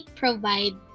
provide